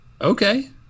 Okay